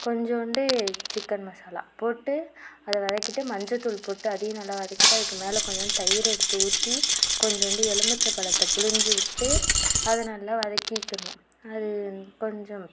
கொஞ்சூண்டு சிக்கன் மசாலா போட்டு அதை வதக்கிகிட்டு மஞ்சள் தூள் போட்டு அதையும் நல்லா வதக்கிகிட்டு அதுக்கு மேல் கொஞ்சூண்டு தயிரை எடுத்து ஊற்றி கொஞ்சூண்டு எலும்மிச்ச பழத்தை புழிஞ்சுவுட்டு அது நல்லா வதக்கிக்கணும் அது கொஞ்சம்